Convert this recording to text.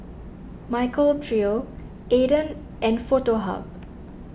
Michael Trio Aden and Foto Hub